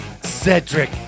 Cedric